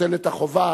מוטלת החובה